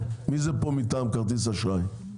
פה מטעם כרטיסי אשראי?